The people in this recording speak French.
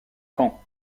caen